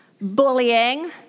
bullying